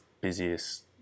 busiest